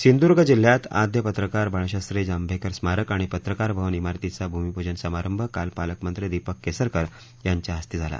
सिंधूदुर्ग जिल्ह्यात आद्य पत्रकार बाळशास्त्री जाधिक्रि स्मारक आणि पत्रकार भवन इमारतीचा भूमिपूजन समारधिकाल पालकमधी दीपक केसरकर याच्या हस्ते झाला